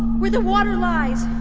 where the water lies.